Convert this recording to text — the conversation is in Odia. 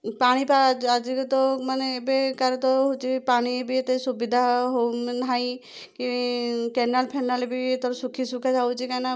ପାଣି ମାନେ ଏବେକାର ତ ହଉଛି ପାଣି ଏତେ ସୁବିଧା ନାହିଁ କି କେନାଲ ଫେନାଲ ବି ଏଥର ଶୁଖିଶୁଖା ଯାଉଛି କାହିଁକିନା